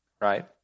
right